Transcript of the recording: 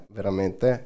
veramente